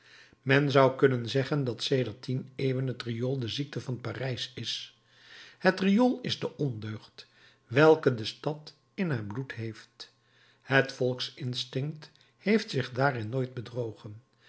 men zou kunnen zeggen dat sedert tien eeuwen het riool de ziekte van parijs is het riool is de ondeugd welke de stad in haar bloed heeft het volksinstinct heeft zich daarin nooit bedrogen